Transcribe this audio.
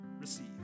receive